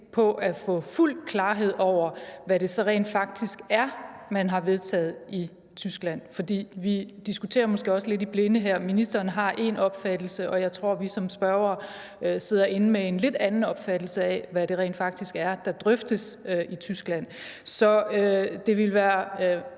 på at få fuld klarhed over, hvad det så rent faktisk er, man har vedtaget i Tyskland? For vi diskuterer måske også lidt i blinde her. Ministeren har én opfattelse, og jeg tror, at vi som spørgere sidder med en lidt anden opfattelse af, hvad det rent faktisk er, der drøftes i Tyskland. Så det ville være